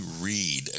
read